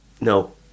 no